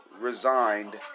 Resigned